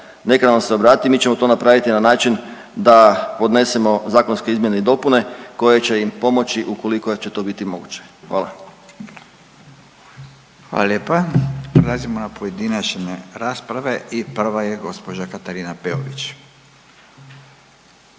neka nam se obrati i mi ćemo to napraviti to na način da podnesemo zakonske izmjene i dopune koje će im pomoći ukoliko će to biti moguće. Hvala. **Radin, Furio (Nezavisni)** Hvala lijepa. Prelazimo na pojedinačne rasprave i prva je gospođa Katarina Peović.